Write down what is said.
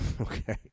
okay